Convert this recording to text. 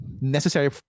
necessary